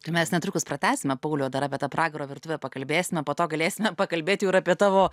tai mes netrukus pratęsime pauliau dar apie tą pragaro virtuvę pakalbėsime po to galėsime pakalbėt jau ir apie tavo